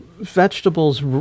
vegetables